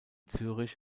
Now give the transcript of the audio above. zürich